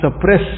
suppress